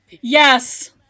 Yes